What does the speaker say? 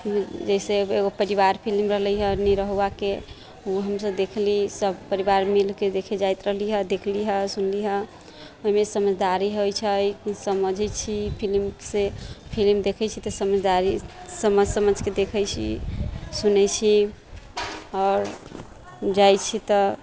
जइसे एगो एगो परिवार फिलिम रहलै निरहुआके ओ हमसभ देखली सभ परिवार मिलके देखे जाइत रहली हँ देखली हँ सुनली हँ ओहिमे समझदारी होइत छै किछु समझैत छी फिलिम से फिलिम देखैत छी तऽ समझदारी समझ समझके देखैत छी सुनैत छी आओर जाइत छी तऽ